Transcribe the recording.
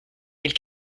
mille